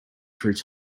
through